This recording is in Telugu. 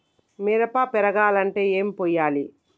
మిరప పెరగాలంటే ఏం పోయాలి?